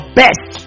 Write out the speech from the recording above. best